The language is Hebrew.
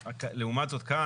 לעומת זאת כאן,